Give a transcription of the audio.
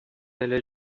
эле